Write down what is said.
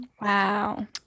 Wow